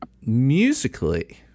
musically